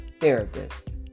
therapist